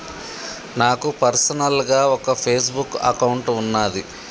నాకు పర్సనల్ గా ఒక ఫేస్ బుక్ అకౌంట్ వున్నాది